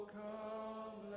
come